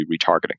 retargeting